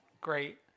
great